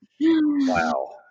Wow